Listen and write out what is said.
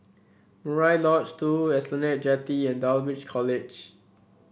Murai Lodge Two Esplanade Jetty and Dulwich College